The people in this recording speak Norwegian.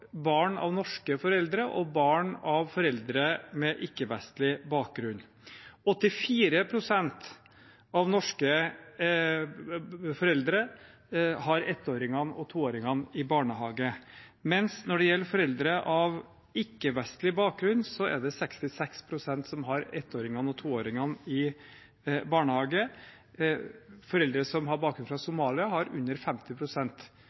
barn av norske foreldre og barn av foreldre med ikke-vestlig bakgrunn. 84 pst. av norske foreldre har ettåringene og toåringene i barnehage, mens når det gjelder foreldre med ikke-vestlig bakgrunn, er det 66 pst. som har ettåringene og toåringene i barnehage. Av foreldre med bakgrunn fra